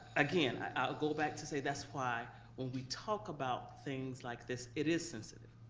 again, i'll go back to say that's why when we talk about things like this, it is sensible